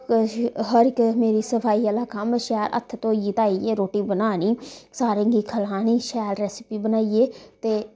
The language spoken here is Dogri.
ते हर इक मेरी सफाई आह्ला कम्म शैल हत्थ धोई धाईयै रोटी बनान्नी सारें गी खलानी शैल रैसिपी बनाइयै ते